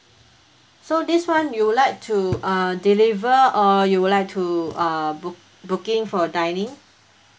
so this [one] you would like to uh deliver or you would like to uh book booking for dining